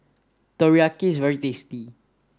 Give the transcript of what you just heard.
Teriyaki is very tasty